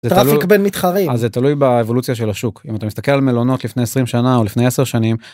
טרפיק במתחרים. אז זה תלוי באבולוציה של השוק, אם אתה מסתכל על מלונות לפני 20 שנה או לפני 10 שנים.